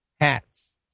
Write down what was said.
Hats